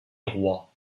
roi